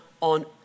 on